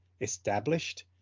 established